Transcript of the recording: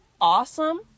Awesome